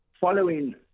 following